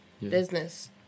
business